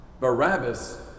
Barabbas